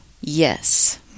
Yes